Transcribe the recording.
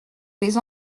les